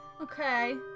Okay